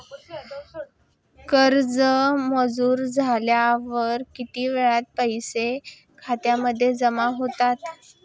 कर्ज मंजूर झाल्यावर किती वेळात पैसे खात्यामध्ये जमा होतात?